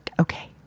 okay